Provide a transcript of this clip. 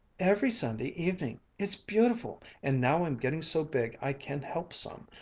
every sunday evening it's beautiful, and now i'm getting so big i can help some.